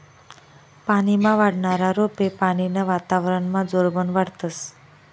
पानीमा वाढनारा रोपे पानीनं वातावरनमा जोरबन वाढतस